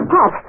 Pop